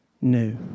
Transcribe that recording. new